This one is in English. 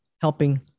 helping